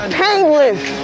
painless